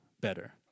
better